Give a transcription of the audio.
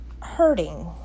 hurting